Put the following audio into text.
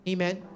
Amen